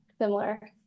similar